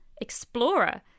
explorer